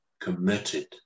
committed